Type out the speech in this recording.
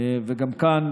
וגם כאן,